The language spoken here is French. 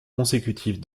consécutive